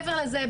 מעבר לזה,